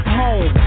home